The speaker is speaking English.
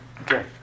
Okay